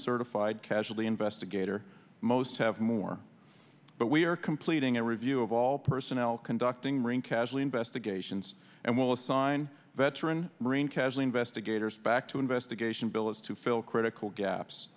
certified casualty investigator most have more but we are completing a review of all personnel conducting ring casually investigations and will assign veteran marine casually investigators back to investigation bill is to fill critical gaps